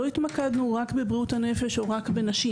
לא התמקדנו רק בבריאות הנפש או רק בנשים,